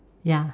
ya